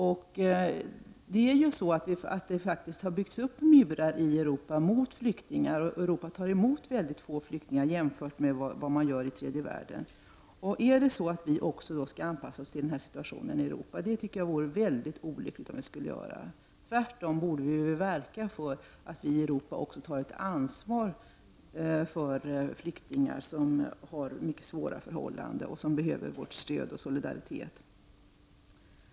I Europa har det faktiskt byggts upp murar mot flyktingar, och Europa tar emot väldigt få flyktingar, jämfört med vad man gör i tredje världen. Jag tycker därför att det vore väldigt olyckligt om vi skulle anpassa oss till situationen i övriga Europa. Tvärtom borde vi verka för att länderna i Europa tar ett ansvar för flyktingar som lever under mycket svåra förhållanden och som behöver vårt stöd och vår solidaritet.